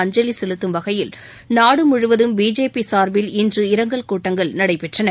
அஞ்சலி செலுத்தும் வகையில் நாடு முழுவதும் பிஜேபி சார்பில் இன்று இரங்கல் கூட்டங்கள் நடைபெற்றன